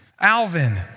Alvin